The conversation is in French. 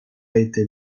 été